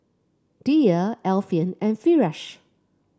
Dhia Alfian and Firash